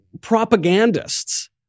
propagandists